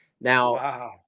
Now